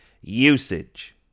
Usage